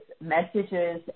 messages